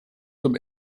zum